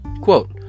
Quote